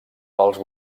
pels